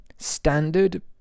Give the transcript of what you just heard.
standard